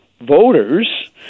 voters